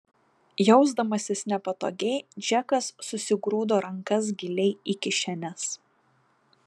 jausdamasis nepatogiai džekas susigrūdo rankas giliai į kišenes